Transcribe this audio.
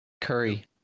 Curry